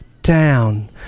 down